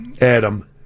Adam